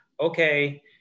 okay